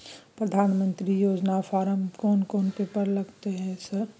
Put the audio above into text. प्रधानमंत्री योजना फारम कोन कोन पेपर लगतै है सर?